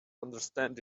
understand